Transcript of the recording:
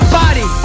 body